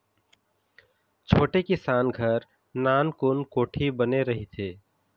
छोटे किसान घर नानकुन कोठी बने रहिथे